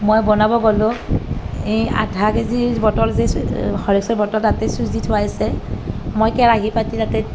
মই বনাব গ'লো এই আধা কেজি বটল যে হৰলিক্সৰ বটল তাতে চুজি থুৱাইছে মই কেৰাহী পাতি তাতে